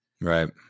Right